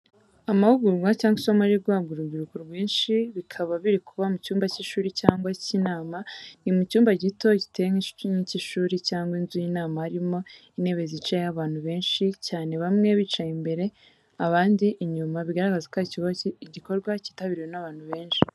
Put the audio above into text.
Amahugurwa cyangwa isomo riri guhabwa urubyiruko rwinshi, bikaba biri kuba mu cyumba cy’ishuri cyangwa icy’inama. Ni mu cyumba gito giteye nk’icy’ishuri cyangwa inzu y’inama harimo intebe zicayeho abantu benshi cyane bamwe bicaye imbere abandi inyuma, bigaragaza ko ari igikorwa cyitabiriwe n’abantu benshi.